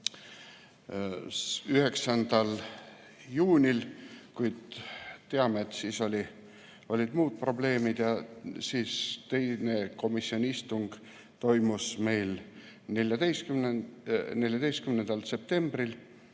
9. juunil, kuid me teame, et siis olid muud probleemid. Teine komisjoni istung toimus meil 14. septembril